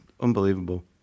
unbelievable